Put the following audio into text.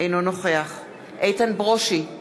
אינו נוכח איתן ברושי,